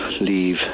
leave